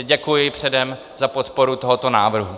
Děkuji předem za podporu tohoto návrhu.